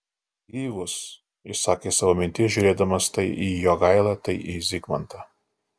gyvus išsakė savo mintis žiūrėdamas tai į jogailą tai į zigmantą